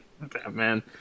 Batman